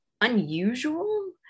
unusual